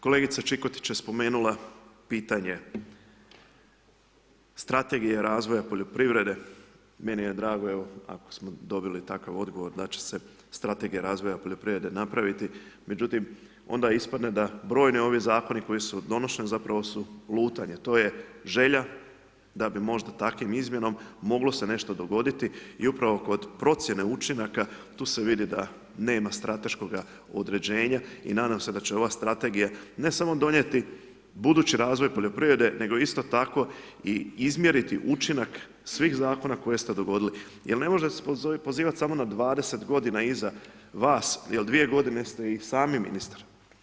Kolegica Čikotić je spomenula pitanje strategije razvoja poljoprivrede, meni je drago evo ako smo dobili takav odgovor da će se strategija razvoja poljoprivrede napraviti međutim onda ispadne da brojni ovi zakoni koji su donošeni zapravo su lutanje, to je želja da bi možda takvom izmjenom moglo se nešto dogoditi i upravo kod procjene učinaka tu se vidi da nema strateškoga određenja i nadam se da će ova strategija ne samo donijeti budući razvoj poljoprivrede nego isto tako i izmjeriti učinak svih zakona koji ste ... jer ne možete se pozivati samo 20 g. iza vas jer 2 g. ste i sami ministar.